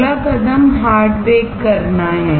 अगला कदम hard bake करना है